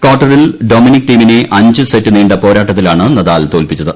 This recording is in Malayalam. കാർട്ടറിൽ ഡൊമിനിക് തീമിനെ അഞ്ച് സെറ്റ് നീണ്ട പോരാട്ടത്തിലാണ് നദാൽ തോൽപിച്ചത്